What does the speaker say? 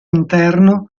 interno